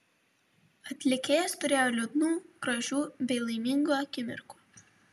atlikėjas turėjo liūdnų gražių bei laimingų akimirkų